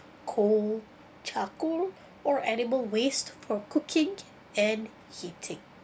coal charcoal or animal waste for cooking and heating